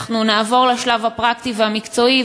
אנחנו נעבור לשלב הפרקטי והמקצועי.